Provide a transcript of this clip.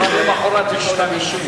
כבר למחרת יש כתב אישום.